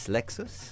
Lexus